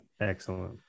excellent